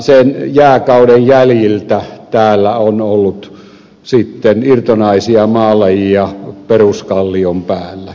sen jääkauden jäljiltä täällä on ollut sitten irtonaisia maalajeja peruskallion päällä